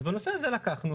אז בנושא הזה לקחנו,